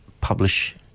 publish